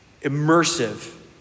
immersive